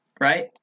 Right